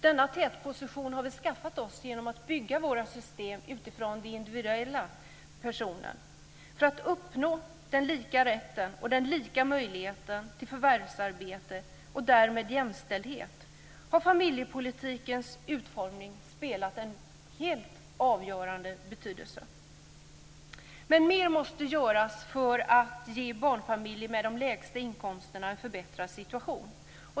Denna tätposition har vi skaffat oss genom att bygga våra system utifrån den individuella personen. För att uppnå lika rätt och möjlighet till förvärvsarbete och därmed jämställdhet har familjepolitikens utformning spelat en helt avgörande roll. Mer måste dock göras för att ge barnfamiljerna med de lägsta inkomsterna en förbättrad situation.